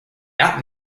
not